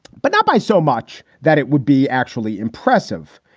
but not by so much that it would be actually impressive.